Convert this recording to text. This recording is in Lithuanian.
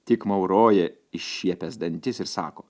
tik mauroja iššiepęs dantis ir sako